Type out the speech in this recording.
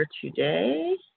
today